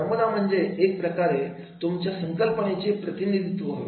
नमुना म्हणजे एक प्रकारे तुमच्या संकल्पनेचे प्रतिनिधित्व होय